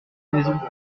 maison